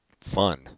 fun